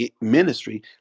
ministry